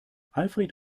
alfred